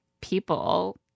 people